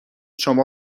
شما